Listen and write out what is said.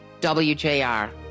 WJR